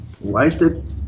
wasted